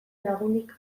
lagunik